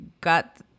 got